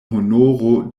honoro